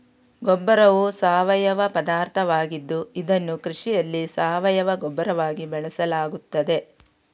ಗೊಬ್ಬರವು ಸಾವಯವ ಪದಾರ್ಥವಾಗಿದ್ದು ಇದನ್ನು ಕೃಷಿಯಲ್ಲಿ ಸಾವಯವ ಗೊಬ್ಬರವಾಗಿ ಬಳಸಲಾಗುತ್ತದೆ